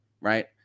right